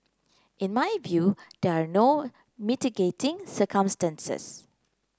in my view there are no mitigating circumstances